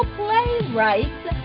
playwrights